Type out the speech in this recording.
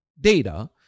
data